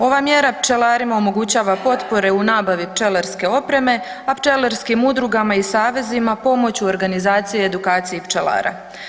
Ova mjera pčelarima omogućava potpore u nabavi pčelarske opreme, a pčelarskim udrugama i savezima pomoć u organizaciji i edukaciji pčelara.